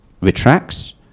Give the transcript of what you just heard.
retracts